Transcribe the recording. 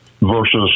versus